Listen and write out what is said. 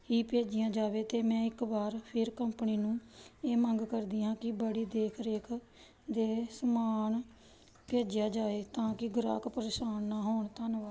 ਹੀ ਭੇਜੀਆਂ ਜਾਵੇ ਅਤੇ ਮੈਂ ਇੱਕ ਵਾਰ ਫਿਰ ਕੰਪਨੀ ਨੂੰ ਇਹ ਮੰਗ ਕਰਦੀ ਹਾਂ ਕਿ ਬੜੀ ਦੇਖ ਰੇਖ ਦੇ ਸਮਾਨ ਭੇਜਿਆ ਜਾਵੇ ਤਾਂ ਕਿ ਗ੍ਰਾਹਕ ਪਰੇਸ਼ਾਨ ਨਾ ਹੋਣ ਧੰਨਵਾਦ